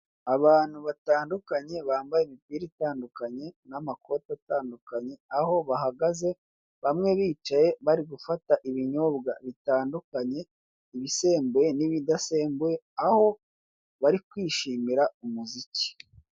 Abantu batandukanye bambaye imipira itandukanye n'amakote atandukanye, aho bahagaze bamwe bicaye barigufata ibinyobwa bitandukanye, ibisembuye n'ibidasembuye, aho bari kwishimira umuziki.